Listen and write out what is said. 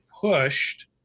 pushed